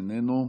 איננו,